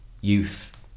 youth